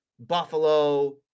Buffalo